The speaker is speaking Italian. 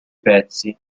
pezzi